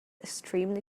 extremely